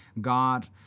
God